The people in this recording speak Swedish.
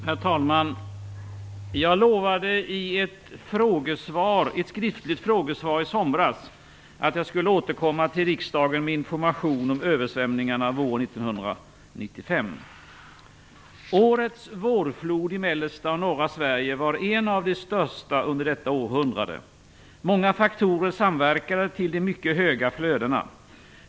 Herr talman! Jag lovade i ett skriftligt frågesvar i somras att jag skulle återkomma till riksdagen med information om översvämningarna våren 1995. Årets vårflod i mellersta och norra Sverige var en av de största under detta århundrade. Många faktorer samverkade till de mycket höga flödena.